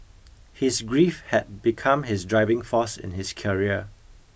his grief had become his driving force in his career